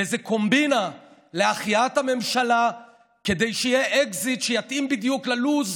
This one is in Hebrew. באיזו קומבינה להחייאת הממשלה כדי שיהיה אקזיט שיתאים בדיוק ללו"ז,